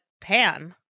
pan